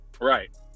Right